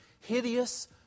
hideous